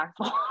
impactful